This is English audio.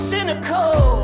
Cynical